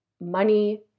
money